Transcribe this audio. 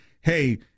hey